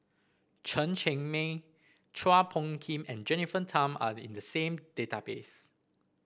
Chen Cheng Mei Chua Phung Kim and Jennifer Tham are in the same database